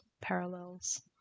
parallels